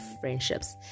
friendships